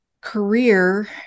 career